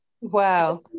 wow